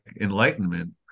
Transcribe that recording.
enlightenment